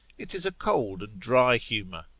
it is a cold and dry humour,